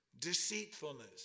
deceitfulness